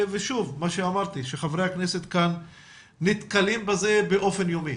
שוב, חברי הכנסת כאן נתקלים בזה באופן יומי